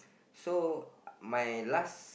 so I my last